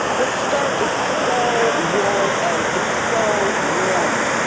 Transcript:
this skirt is so wool and it's so warm.